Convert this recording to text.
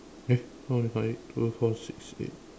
eh count again count again two four six eight